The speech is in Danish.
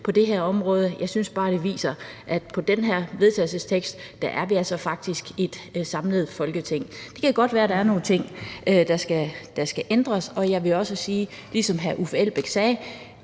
på det her område. Jeg synes bare, at den her vedtagelsestekst viser, at vi faktisk er et samlet Folketing. Det kan godt være, at der er nogle ting, der skal ændres, og jeg vil også sige, ligesom hr. Uffe Elbæk sagde,